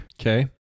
okay